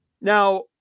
Now